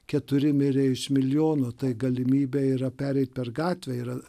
keturi mirė iš milijono tai galimybė yra pereiti per gatvę yra